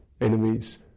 enemies